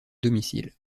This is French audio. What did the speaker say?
domicile